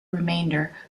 remainder